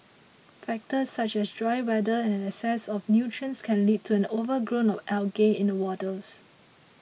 factors such as dry weather and an excess of nutrients can lead to an overgrowth of algae in the waters